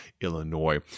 Illinois